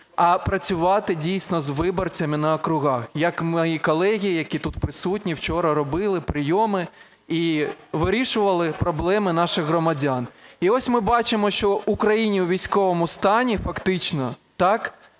а працювати дійсно з виборцями на округах, як мої колеги, які тут присутні, вчора робили прийоми і вирішували проблеми наших громадян. І ось ми бачимо, що у країні у військовому стані фактично, так,